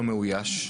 לא מאויש?